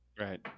Right